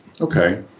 Okay